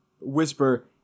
whisper